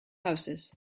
houses